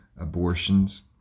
abortions